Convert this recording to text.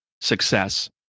success